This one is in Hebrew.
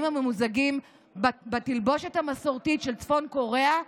הממוזגים בתלבושת המסורתית של צפון קוריאה,